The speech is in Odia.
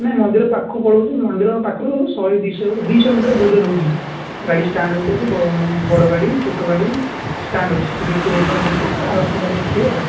ନାଇ ମନ୍ଦିର ପାଖକୁ ପଳଉଛି ମନ୍ଦିର ପାଖରୁ ଶହେ ଦୁଇଶହ ଦୁଇଶହ ମିଟର୍ ଦୂରରେ ରହୁଛି ଗାଡ଼ି ଷ୍ଟାଣ୍ଡ୍ ଗୋଟେ ଅଛି ମାନେ ବଡ଼ ଗାଡ଼ି ଛୋଟ ଗାଡ଼ି ଷ୍ଟାଣ୍ଡ୍ ଅଛି ସେଠି କୋଡ଼ିଏ ଟଙ୍କା ଦେବେ ଆରାମସେ ଗାଡ଼ି ରଖିବେ ଆଉ